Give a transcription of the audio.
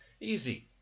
easy